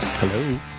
hello